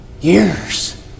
years